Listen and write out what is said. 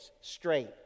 straight